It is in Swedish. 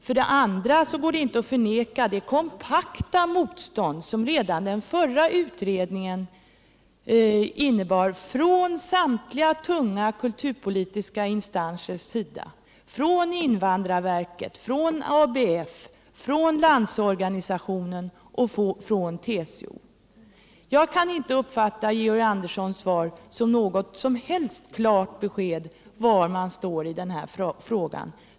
För det andra går det inte att förneka det kompakta motstånd som redan den förra utredningen mötte från samtliga tunga kulturpolitiska instansers sida, från invandrarverket, från ABF, från LO och från TCO. Jag kan inte uppfatta Georg Anderssons inlägg som något som helst klart besked om var man står i den här frågan.